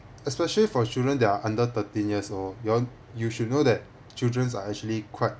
especially for children that are under thirteen years old you know you should know that childrens are actually quite